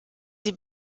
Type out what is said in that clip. sie